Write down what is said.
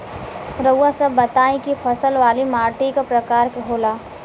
रउआ सब बताई कि फसल वाली माटी क प्रकार के होला?